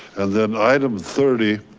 and then item thirty.